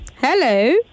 Hello